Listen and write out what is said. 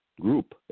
group